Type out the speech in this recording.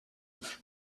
for